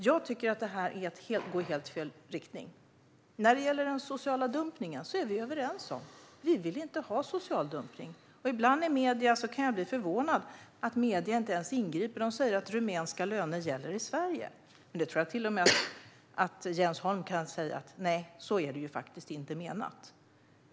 Jag tycker att det här är att gå i helt fel riktning. När det gäller social dumpning är vi överens om att vi inte vill ha det. Jag kan ibland bli förvånad när jag läser i medierna att rumänska löner gäller i Sverige. Jag tror att till och med Jens Holm kan säga att så är det faktiskt inte menat.